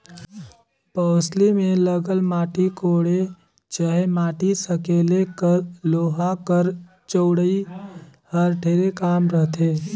बउसली मे लगल माटी कोड़े चहे माटी सकेले कर लोहा कर चउड़ई हर ढेरे कम रहथे